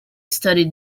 studied